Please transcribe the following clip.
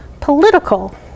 political